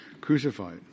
crucified